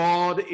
God